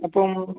അപ്പം